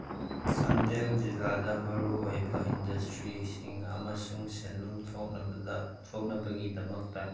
ꯆꯥꯟꯗꯦꯜ ꯖꯤꯂꯥꯗ ꯃꯔꯨ ꯑꯣꯏꯕ ꯏꯟꯗꯁꯇ꯭ꯔꯤꯁꯤꯡ ꯑꯃꯁꯨꯡ ꯁꯦꯟꯂꯨꯝ ꯊꯣꯛꯅꯕꯒꯤꯗꯃꯛꯇ